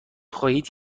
خواهید